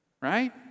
right